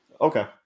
Okay